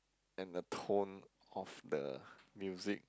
and the tone of the music